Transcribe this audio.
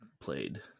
played